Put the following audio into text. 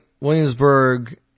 Williamsburg